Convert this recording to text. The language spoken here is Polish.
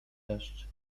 deszcz